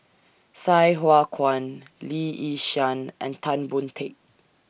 Sai Hua Kuan Lee Yi Shyan and Tan Boon Teik